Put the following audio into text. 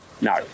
no